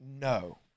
no